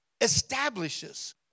establishes